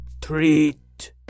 Treat